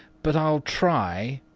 but i'll try